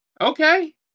okay